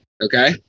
okay